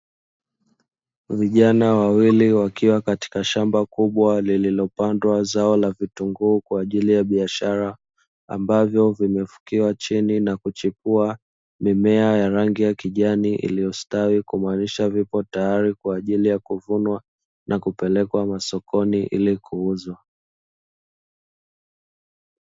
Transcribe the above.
Vijana wawili wakiwa katika shamba kubwa lililopandwa zao la vitunguu kwa ajili ya biashara, ambavyo vimefukiwa chini na kuchipua mimea ya rangi ya kijani iliyostawi; kumaanisha vipo tayari kwa ajili ya kuvunwa na kupelekwa masokoni ili kuuzwa.